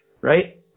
right